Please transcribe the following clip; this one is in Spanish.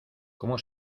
cómo